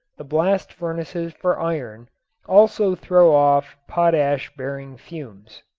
the blast furnaces for iron also throw off potash-bearing fumes.